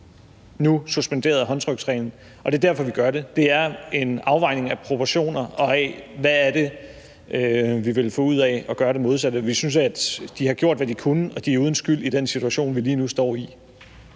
nu suspenderede håndtryksreglen, og det er derfor, vi gør det. Det er en afvejning af proportioner og af, hvad det er, vi ville få ud af at gøre det modsatte. Vi synes, de har gjort, hvad de kunne, og de er uden skyld i den situation, vi lige nu står i.